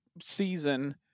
season